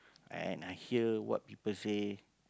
and I hear what people say